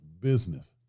business